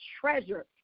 treasure